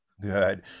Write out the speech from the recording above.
Good